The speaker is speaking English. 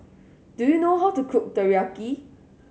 do you know how to cook Teriyaki